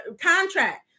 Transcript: contract